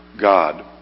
God